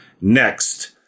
next